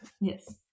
Yes